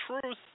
truth